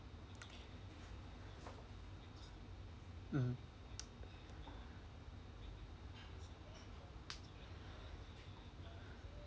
mm